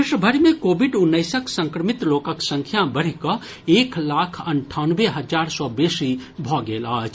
देश भरि मे कोविड उन्नैसक संक्रमित लोकक संख्या बढ़ि कऽ एक लाख अन्ठानवें हजार सँ बेसी भऽ गेल अछि